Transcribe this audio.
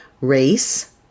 race